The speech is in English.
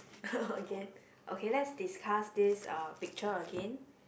again okay okay let's discuss this uh picture again